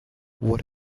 what